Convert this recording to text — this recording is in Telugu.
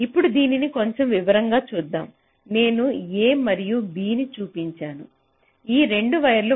ఇప్పుడు దీనిని కొంచెం వివరంగా చూద్దాం నేను A మరియు B ని చూపించిన ఈ 2 వైర్లు